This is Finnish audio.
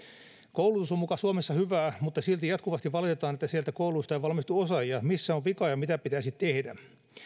koulutus on suomessa muka hyvää mutta silti jatkuvasti valitetaan että kouluista ei valmistu osaajia missä on vika ja mitä pitäisi tehdä